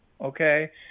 okay